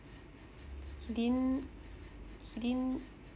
he didn't he didn't